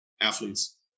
athletes